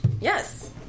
Yes